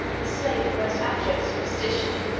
a slave of the most abject superstition,